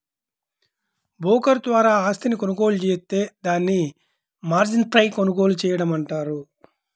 broker ద్వారా ఆస్తిని కొనుగోలు జేత్తే దాన్ని మార్జిన్పై కొనుగోలు చేయడం అంటారు